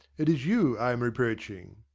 it is you i am reproaching.